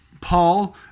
Paul